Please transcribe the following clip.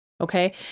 Okay